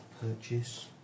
Purchase